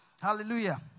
Hallelujah